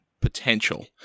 Potential